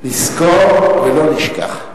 נזכור ולא נשכח.